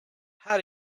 how